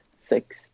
six